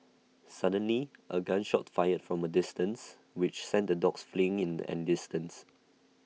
suddenly A gun shot fired from A distance which sent the dogs fleeing in an instant